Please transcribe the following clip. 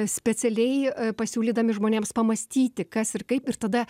specialiai pasiūlydami žmonėms pamąstyti kas ir kaip ir tada